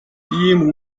ийм